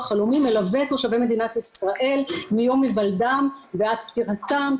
הלאומי מלווה את תושבי מדינת ישראל מיום היוולדם ועד פטירתם,